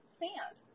sand